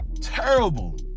Terrible